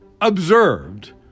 observed